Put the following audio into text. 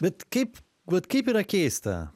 bet kaip vat kaip yra keista